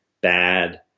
bad